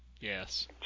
Yes